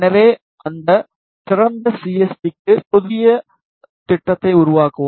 எனவே அந்த திறந்த சிஎஸ்டிக்கு ஒரு புதிய திட்டத்தை உருவாக்கவும்